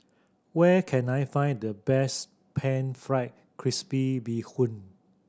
where can I find the best Pan Fried Crispy Bee Hoon